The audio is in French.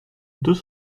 deux